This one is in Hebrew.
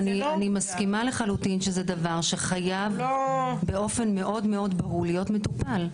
אני מסכימה לחלוטין שזה דבר שחייב באופן מאוד ברור להיות מטופל.